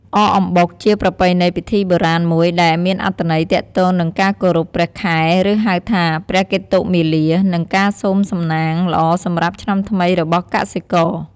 អកអំបុកជាប្រពៃណីពិធីបុរាណមួយ ដែលមានអត្ថន័យទាក់ទងនឹងការគោរព ព្រះខែ ឬហៅថា ព្រះកេតុមាលា និងការសូមសំណាងល្អសម្រាប់ឆ្នាំថ្មីរបស់កសិករ។